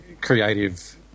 creative